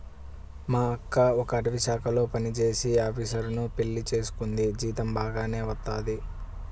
మా అక్క ఒక అటవీశాఖలో పనిజేసే ఆపీసరుని పెళ్లి చేసుకుంది, జీతం బాగానే వత్తది